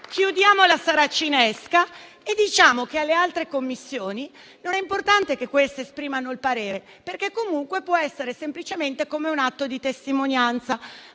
chiudiamo la saracinesca e diciamo alle altre Commissioni che non è importante che esprimano il parere, perché comunque può essere semplicemente un atto di testimonianza.